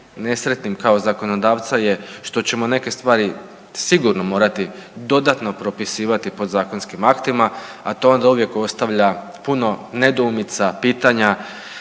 nesretnim kao zakonodavca je što ćemo neke stvari sigurno morati dodatno propisivati podzakonskim aktima, a to ona uvijek ostavlja puno nedoumica, pitanja